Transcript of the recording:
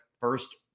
first